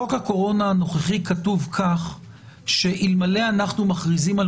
חוק הקורונה הנוכחי כתוב כך שאלמלא אנחנו מכריזים על